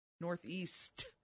Northeast